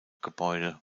gebäude